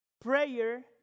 Prayer